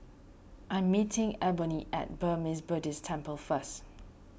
I'm meeting Ebony at Burmese Buddhist Temple first